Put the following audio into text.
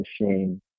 machine